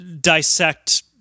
dissect